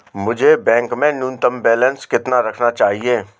मुझे बैंक में न्यूनतम बैलेंस कितना रखना चाहिए?